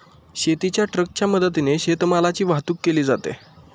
शेतीच्या ट्रकच्या मदतीने शेतीमालाची वाहतूक केली जाते